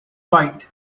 bite